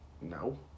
No